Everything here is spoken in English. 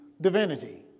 divinity